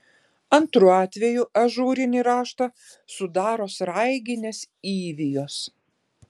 antru atvejų ažūrinį raštą sudaro sraiginės įvijos